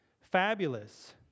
fabulous